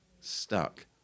stuck